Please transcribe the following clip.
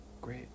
Great